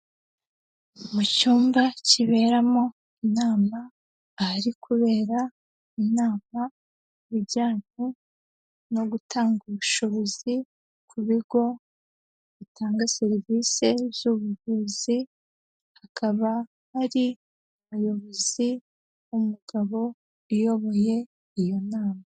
Mu cyumba kiberamo inama, ahari kubera inama ijyanye no gutanga ubushobozi ku bigo bitanga serivisi z'ubuvuzi, hakaba hari umuyobozi w'umugabo uyoboye iyo nama.